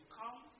come